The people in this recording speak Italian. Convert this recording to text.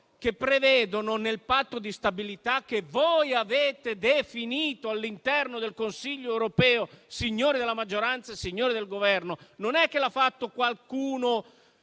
che prevedono nel Patto di stabilità - che voi avete definito all'interno del Consiglio europeo, signori della maggioranza, signori del Governo, non lo hanno fatto i